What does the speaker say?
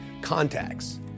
contacts